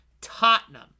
Tottenham